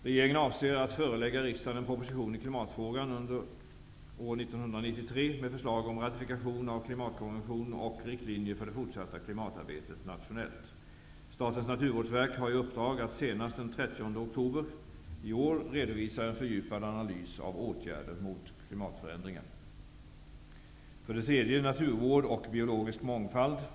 Regeringen avser att förelägga riksdagen en proposition i klimatfrågan under år 1993 med förslag om ratifikation av klimatkonventionen och riktlinjer för det fortsatta klimatarbetet nationellt. Statens naturvårdsverk har i uppdrag att senast den 30 oktober i år redovisa en fördjupad analys av åtgärder mot klimatförändringar. För det tredje: Naturvård och biologisk mångfald.